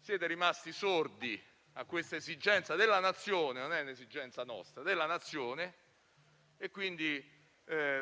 siete rimasti sordi a questa esigenza della Nazione (non è un'esigenza nostra).